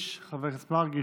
חבר הכנסת יואב בן צור.